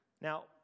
Now